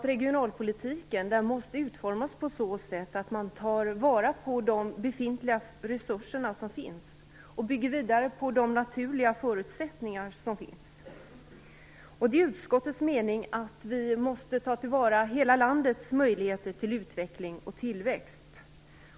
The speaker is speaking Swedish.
Regionalpolitiken måste utformas på så sätt att man tar vara på de befintliga resurserna och bygger vidare på de naturliga förutsättningar som finns. Det är utskottets mening att vi måste ta till vara hela landets möjligheter till utveckling och tillväxt.